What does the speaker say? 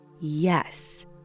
Yes